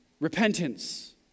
repentance